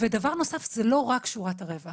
דבר נוסף, זו לא רק שורת הרווח